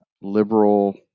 liberal